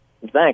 Thanks